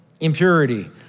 impurity